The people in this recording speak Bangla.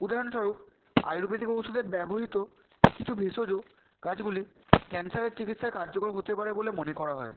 উদাহরণস্বরূপ আয়ুর্বেদিক ঔষুদে ব্যবহৃত কিছু ভেষজ গাছগুলি ক্যানসারের চিকিৎসায় কার্যকর হতে পারে বলে মনে করা হয়